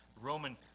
Roman